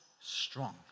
strong